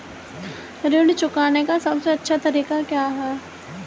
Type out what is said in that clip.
ऋण चुकाने का सबसे अच्छा तरीका क्या है?